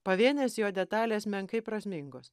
pavienės jo detalės menkai prasmingos